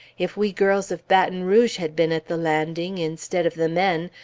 if we girls of baton rouge had been at the landing, instead of the men,